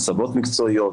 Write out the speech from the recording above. הסבות מקצועיות.